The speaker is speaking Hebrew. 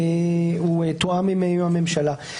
הוא תואם עם הממשלה.